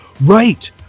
right